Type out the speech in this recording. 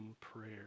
prayer